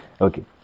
Okay